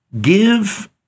Give